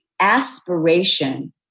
aspiration